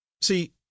See